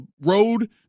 road